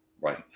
right